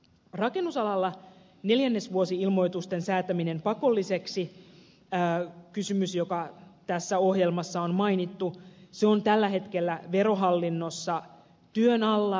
rakennusalalla neljännesvuosi ilmoitusten säätäminen pakollisiksi kysymys joka tässä ohjelmassa on mainittu on tällä hetkellä verohallinnossa työn alla